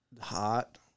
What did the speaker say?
hot